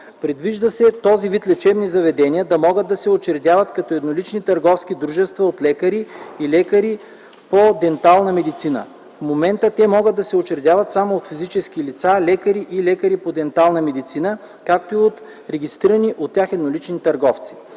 Предвижда се този вид лечебни заведения да могат да се учредяват като еднолични търговски дружества от лекари и лекари по дентална медицина. В момента те могат да се учредяват само от физически лица – лекари и лекари по дентална медицина, както и от регистрирани от тях еднолични търговци.